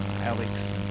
alex